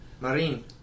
Marine